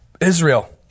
Israel